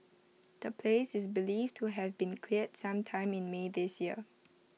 the place is believed to have been cleared some time in may this year